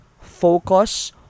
focus